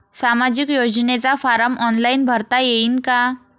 सामाजिक योजनेचा form online भरता येईन का?